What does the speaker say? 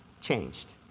changed